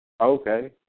Okay